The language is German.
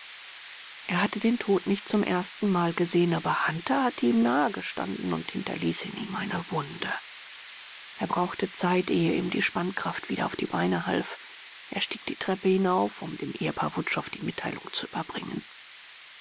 er hatte den tod nicht zum ersten mal gesehen aber hunter hatte ihm nahegestanden und hinterließ in ihm eine wunde er brauchte zeit ehe ihm die spannkraft wieder auf die beine half er stieg die treppe hinauf um dem ehepaar wutschow die mitteilung zu überbringen